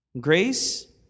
Grace